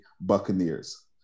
Buccaneers